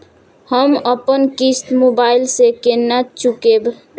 हम अपन किस्त मोबाइल से केना चूकेब?